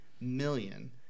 million